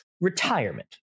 retirement